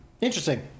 Interesting